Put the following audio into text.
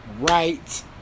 right